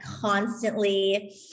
constantly